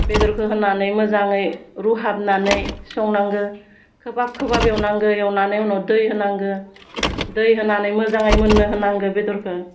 बेदरखौ होनानै मोजाङै रुहाबनानै संनागौ खोबहाब खोबहाब एवनांगौ एवनानै उनाव दै होनांगौ दै होनानै मोजाङै मोननो होनांगौ बेदरखौ